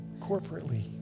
corporately